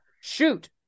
Shoot